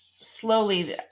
slowly